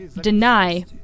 deny